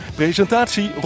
presentatie